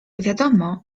wiadomo